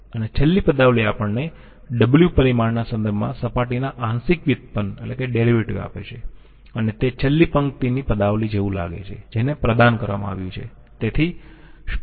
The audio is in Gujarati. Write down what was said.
અને છેલ્લી પદાવલિ આપણને w પરિમાણના સંદર્ભમાં સપાટીના આંશિક વ્યુત્પન્ન આપે છે અને તે છેલ્લી પંક્તિની પદાવલિ જેવું લાગે છે જેને પ્રદાન કરવામાં આવ્યું છે